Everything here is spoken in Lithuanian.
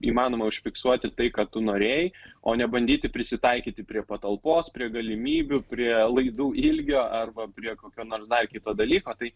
įmanoma užfiksuoti tai ką tu norėjai o ne bandyti prisitaikyti prie patalpos prie galimybių prie laidų ilgio arba prie kokio nors dar kito dalyko tai